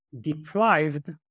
deprived